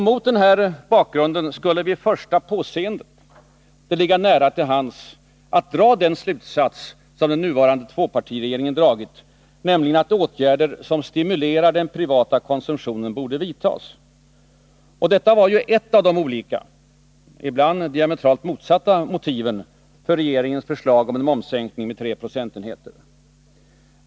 Mot den bakgrunden skulle det vid första påseende ligga nära till hands att dra den slutsats som den nuvarande tvåpartiregeringen dragit, nämligen att åtgärder som stimulerar den privata konsumtionen borde vidtas. Och detta var ju ett av de olika — ibland diametralt motsatta — motiven för regeringens förslag om en momssänkning med tre procentenheter.